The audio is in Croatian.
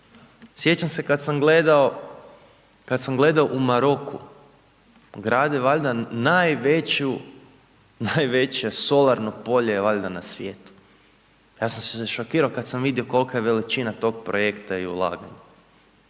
Sjećam se kada sam gledao u Maroku grad je valjda najveće solarno polje valjda na svijetu. Ja sam se zašokirao kada sam vidio kolika je veličina tog projekta i ulaganja.